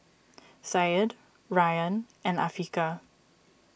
Syed Rayyan and Afiqah